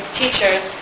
teachers